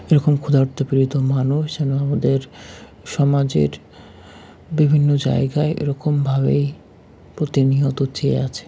এরকম ক্ষুধার্ত পীড়িত মানুষ এবং আমাদের সমাজের বিভিন্ন জায়গায় এরকমভাবেই প্রতিনিয়ত চেয়ে আছে